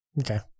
okay